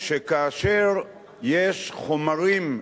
וכאשר יש חומרים,